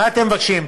מה אתם מבקשים?